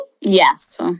Yes